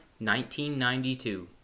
1992